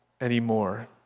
anymore